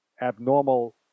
abnormal